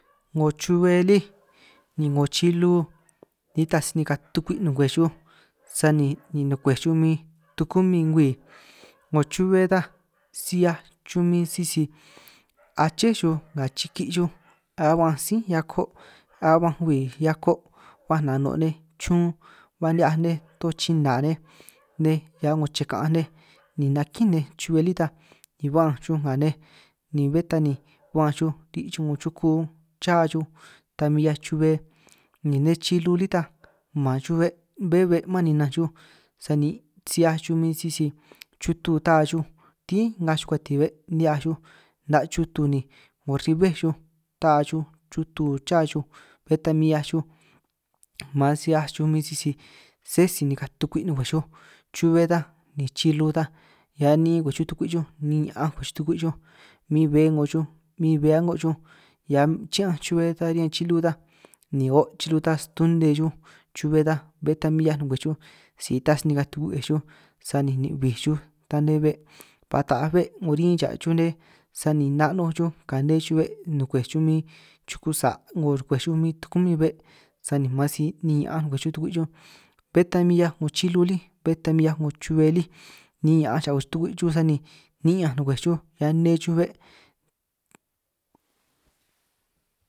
'Ngo chube lí ni 'ngo chilu nitaj si nikaj tukwi' nukwej, sani ni ni nukwej xuj min tukumín ngwii 'ngo chube ta si 'hiaj xuj min sisi aché xuj nga chiki' xuj, a ba'anj sí hiako' a ba ba'anj ngwii hiako' ba nano' nej chun ba ni'hiaj nej toj china nej nej hiaj 'ngo ché ka'anj nej, ni nakín nej chube lí ta ni ba'anj xuj nga nej ni bé ta ni ba'anj xuj ri' xuj 'ngo chuku, cha xuj ta min 'hiaj chube ni nej chilú lí ta man xuj be' bé be'man ninanj xuj sani si 'hiaj xuj min sisi chutu taa xuj, tín nga xuj katin be' ni'hiaj xuj 'na' chutu ni 'ngo rin bé chuj ni taa xuj chuto cha xuj, bé ta min 'hiaj xuj man si 'hiaj xuj min sisi sé si nikaj tukwi' nukwej xuj, chube ta ni chilu ta hia ni'in nkwej xuj tukwi' xuj ni'in ña'anj ngwej xuj tukwi' xuj, min bé 'ngo xuj min bé a'ngo xuj hia chi'ñanj chube ta riñan chilu ta, ni o' chilu tan stune xuj chube ta bé ta min 'hia nukwej xuj si ta snikaj tukwi' nukwej xuj, sani nin' bij xuj ta nne be' ba taaj be' 'ngo urin cha xuj nne, sani 'na' a'ngo xuj kane xuj be' nukwej xuj bin chuku sa' 'ngo kwej xuj min tukumin xuj be', sani man si ni'in ña'anj ngwej xuj tukwi' xuj bé ta min 'hiaj 'ngo chilu lí bé ta min 'hiaj 'ngo chube lí, ni'in ña'anj cha nkwej tukwi' xuj sani tukwi' ni'ñanj nukwej xuj hia nne xuj be'.